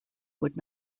would